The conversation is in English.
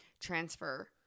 transfer